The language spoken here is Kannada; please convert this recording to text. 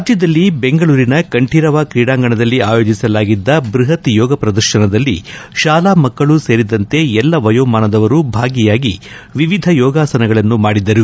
ರಾಜ್ಞದಲ್ಲಿ ಬೆಂಗಳೂರಿನ ಕಂಠೀರವ ಕ್ರೀಡಾಂಗಣದಲ್ಲಿ ಆಯೋಜಿಸಲಾಗಿದ್ದ ಬೃಹತ್ ಯೋಗ ಪ್ರದರ್ಶನದಲ್ಲಿ ಶಾಲಾ ಮಕ್ಕಳು ಸೇರಿದಂತೆ ಎಲ್ಲ ವಯೋಮಾನದವರು ಭಾಗಿಯಾಗಿ ವಿವಿಧ ಯೋಗಾಸನಗಳನ್ನು ಮಾಡಿದರು